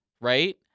right